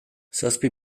zazpi